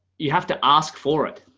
you have to ask for it.